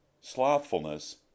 Slothfulness